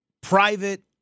private